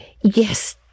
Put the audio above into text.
Yes